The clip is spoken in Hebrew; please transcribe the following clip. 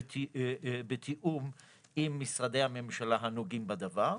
בתיאום עם משרדי הממשלה הנוגעים בדבר,